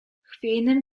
chwiejnym